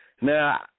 Now